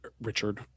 Richard